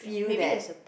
maybe there's a